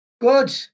Good